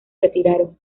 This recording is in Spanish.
retiraron